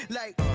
like,